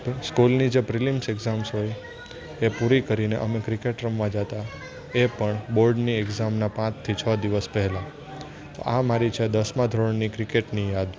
સ્કૂલની જે prelims exams હોય એ પૂરી કરીને અમે ક્રિકેટ રમવા જાતા એ પણ બોર્ડની એક્ઝામના પાંચથી છ દિવસ પહેલા તો આ મારી છે દસમાં ધોરણની ક્રિકેટની યાદ